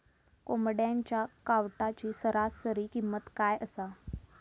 कोंबड्यांच्या कावटाची सरासरी किंमत काय असा?